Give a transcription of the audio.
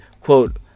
quote